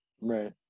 Right